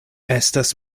estas